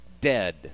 dead